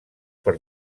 per